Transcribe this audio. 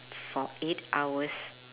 for eight hours